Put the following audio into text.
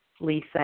Lisa